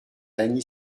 lagny